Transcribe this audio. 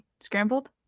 Scrambled